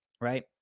right